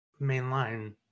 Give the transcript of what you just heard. mainline